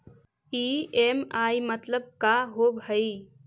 EMI मतलब का होब हइ?